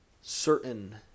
certain